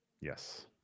Yes